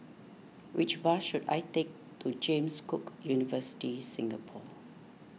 which bus should I take to James Cook University Singapore